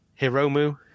Hiromu